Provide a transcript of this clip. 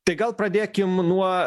tai gal pradėkim nuo